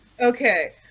Okay